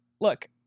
look